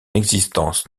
existence